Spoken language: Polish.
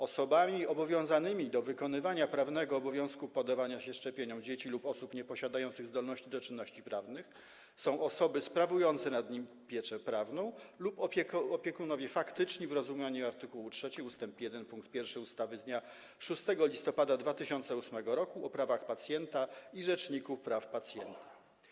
Osobami obowiązanymi do wykonywania prawnego obowiązku poddawania się szczepieniom dzieci lub osób nieposiadających zdolności do czynności prawnych są osoby sprawujące nad nim pieczę prawną lub opiekunowie faktyczni w rozumieniu art. 3 ust. 1 pkt 1 ustawy z dnia 6 listopada 2008 r. o prawach pacjenta i rzeczniku praw pacjenta.